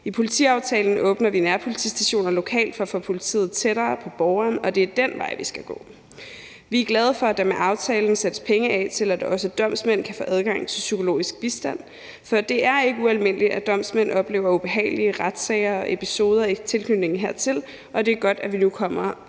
I politiaftalen åbner vi nærpolitistationer lokalt for at få politiet tættere på borgeren, og det er den vej, vi skal gå. Vi er glade for, at der med aftalen sættes penge af til, at også domsmænd kan få adgang til psykologisk bistand, for det er ikke ualmindeligt, at domsmænd oplever ubehagelige retssager og episoder i tilknytning hertil, og det er godt, at vi nu kommer